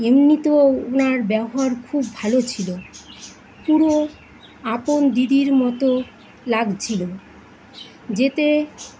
এমনিতেও ওনার ব্যবহার খুব ভালো ছিলো পুরো আপন দিদির মতো লাগছিলো যেতে